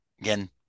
again